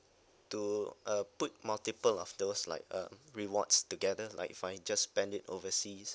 to uh put multiple of those like uh rewards together like for I just spend it overseas